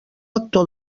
actor